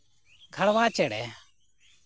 ᱜᱷᱮᱲᱣᱟ ᱪᱮᱬᱮ